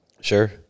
sure